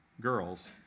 girls